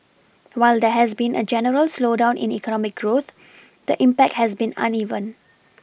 while there has been a general slowdown in economic growth the impact has been uneven